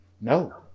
no